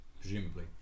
presumably